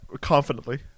confidently